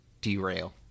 Derail